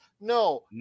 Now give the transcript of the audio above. No